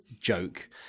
joke